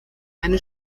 eine